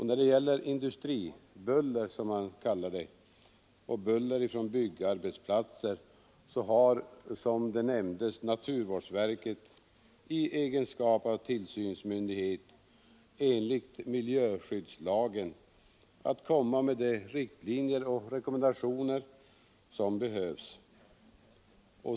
När det gäller s.k. industribuller och buller från byggarbetsplatser har, som det nämndes, naturvårdsverket i egenskap av tillsynsmyndighet enligt miljöskyddslagen att ge de riktlinjer och rekommendationer som behövs.